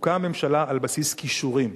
תוקם ממשלה על בסיס כישורים.